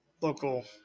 local